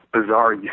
bizarre